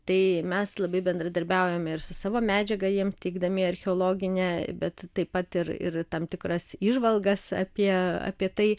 tai mes labai bendradarbiaujame ir su savo medžiaga jiem teikdami archeologinę bet taip pat ir ir tam tikras įžvalgas apie apie tai